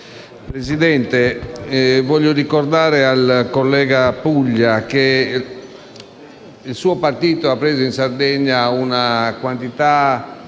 Presidente, voglio ricordare al collega Puglia che il suo partito ha preso in Sardegna una quantità